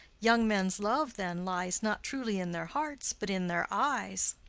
young men's love then lies not truly in their hearts, but in their eyes.